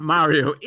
Mario